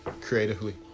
creatively